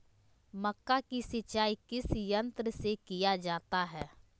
मक्का की सिंचाई किस यंत्र से किया जाता है?